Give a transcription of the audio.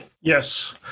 Yes